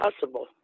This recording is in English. possible